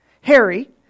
Harry